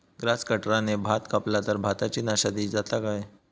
Grass कटराने भात कपला तर भाताची नाशादी जाता काय?